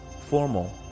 Formal